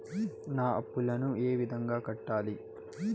నా అప్పులను ఏ విధంగా కట్టాలి?